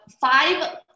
five